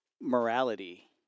morality